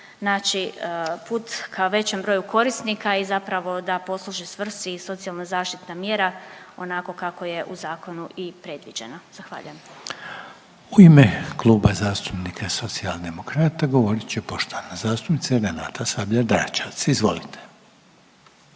naći put ka većem broju korisnika i zapravo da posluži svrsi i socijalno-zaštitna mjera onako kako je u zakonu i predviđena. Zahvaljujem. **Reiner, Željko (HDZ)** U ime Kluba zastupnika Socijaldemokrata govorit će poštovana zastupnica Renata Sabljar-Dračevac, izvolite.